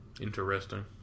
interesting